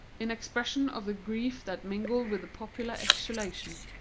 in expression of the grief that mingled with the popular exultation.